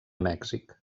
mèxic